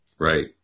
Right